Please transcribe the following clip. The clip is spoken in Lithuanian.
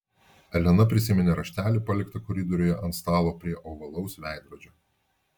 elena prisiminė raštelį paliktą koridoriuje ant stalo prie ovalaus veidrodžio